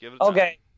okay